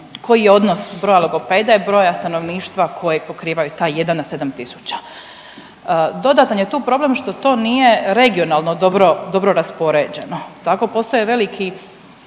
koji je odnos broja logopeda i broja stanovništva koje pokrivaju taj 1 na 7 tisuća? Dodatan je tu problem što to nije regionalno dobro, dobro raspoređeno. Tako postoje veliki